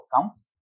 counts